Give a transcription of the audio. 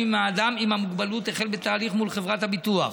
אם האדם עם המוגבלות החל בתהליך מול חברת הביטוח.